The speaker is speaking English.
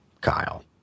Kyle